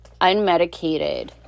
unmedicated